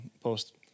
post